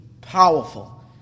powerful